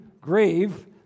grave